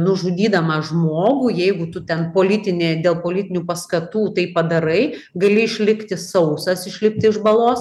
nužudydama žmogų jeigu tu ten politinė dėl politinių paskatų tai padarai gali išlikti sausas išlipti iš balos